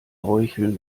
heucheln